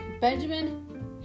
Benjamin